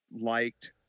liked